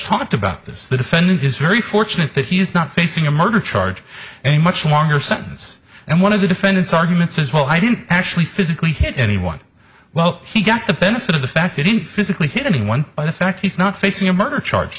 talked about this the defendant is very fortunate that he is not facing a murder charge and a much longer sentence and one of the defendants arguments is well i didn't actually physically hit anyone well he got the benefit of the fact he didn't physically hit anyone by the fact he's not facing a murder charge